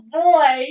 boy